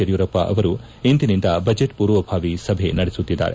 ಯಡಿಯೂರಪ್ಪ ಅವರು ಇಂದಿನಿಂದ ಬಜೆಟ್ ಪೂರ್ವಭಾವಿ ಸಭೆ ನಡೆಸುತ್ತಿದ್ದಾರೆ